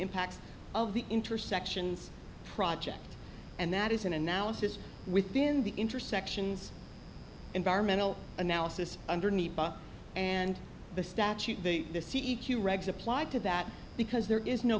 impact of the intersections project and that is an analysis within the intersections environmental analysis underneath and the statute see e q regs applied to that because there is no